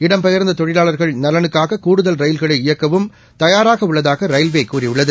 இடம்பெயர்ந்த தொழிலாளர்கள் நலனுக்காக கூடுதல் ரயில்களை இயக்கவும் தயாராக உள்ளதாக ரயில்வே கூறியுள்ளது